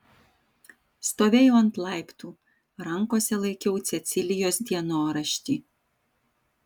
stovėjau ant laiptų rankose laikiau cecilijos dienoraštį